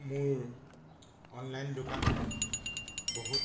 মোৰ অনলাইন দোকান বহুত